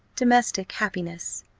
domestic happiness.